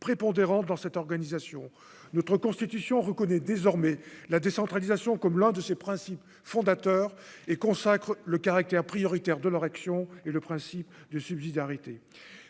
prépondérante dans cette organisation, notre constitution reconnaît désormais la décentralisation comme l'un de ses principes fondateurs et consacre le caractère prioritaire de leur action et le principe de subsidiarité,